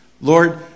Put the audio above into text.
Lord